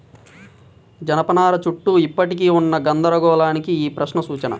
జనపనార చుట్టూ ఇప్పటికీ ఉన్న గందరగోళానికి ఈ ప్రశ్న సూచన